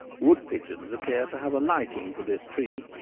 wood-pigeons appear to have a liking for this tree.